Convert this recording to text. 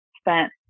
spent